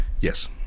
Yes